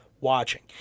watching